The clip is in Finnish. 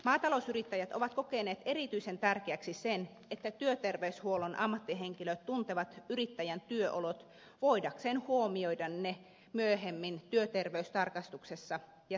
maatalousyrittäjät ovat kokeneet erityisen tärkeäksi sen että työterveyshuollon ammattihenkilöt tuntevat yrittäjän työolot voidakseen huomioida ne myöhemmin työterveystarkastuksessa ja sairaanhoitovastaanotolla